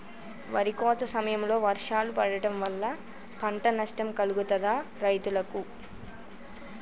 వరి కోత సమయంలో వర్షాలు పడటం వల్ల పంట నష్టం కలుగుతదా రైతులకు?